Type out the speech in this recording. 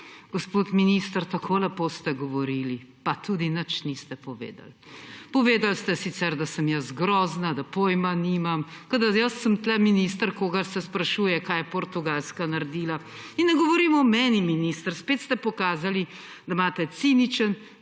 Gospod minister, tako lepo ste govorili, pa tudi nič niste povedali. Povedali ste sicer, da sem jaz grozna, da pojma nimam, kot da sem jaz tu minister, kogar se sprašuje, kaj je Portugalska naredila. In ne govorim o meni, minister, spet ste pokazali, da imate ciničen,